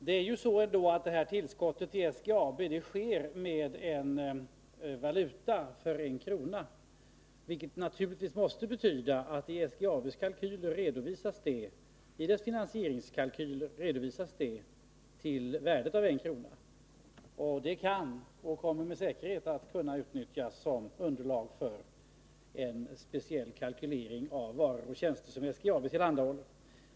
Herr talman! Helt kort: Tillskottet till SGAB sker till en valuta av en krona, vilket naturligtvis betyder att det i SGAB:s finansieringskalkyler redovisas till värdet av en krona. Det kan och kommer med säkerhet att utnyttjas som underlag för en speciell kalkylering av de varor och tjänster som SGAB tillhandahåller.